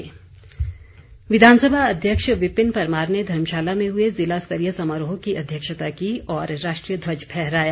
धर्मशाला स्वतंत्रता दिवस विधानसभा अध्यक्ष विपिन परमार ने धर्मशाला में हुए जिला स्तरीय समारोह की अध्यक्षता की और राष्ट्रीय ध्यज फहराया